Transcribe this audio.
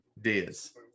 Diz